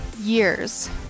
years